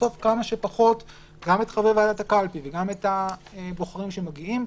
לחשוף כמה שפחות גם את חברי ועדת הקלפי וגם את הבוחרים שמגיעים,